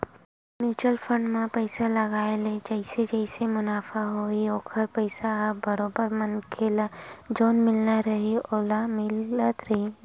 mutual fund म पइसा लगाय ले जइसे जइसे मुनाफ होही ओखर पइसा ह बरोबर मनखे ल जउन मिलना रइही ओहा मिलत जाही